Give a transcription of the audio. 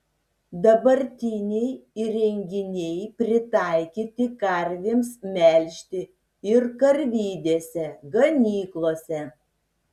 dabartiniai įrenginiai pritaikyti karvėms melžti ir karvidėse ganyklose